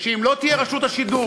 שאם לא תהיה רשות השידור,